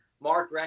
Mark